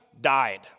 died